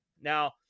now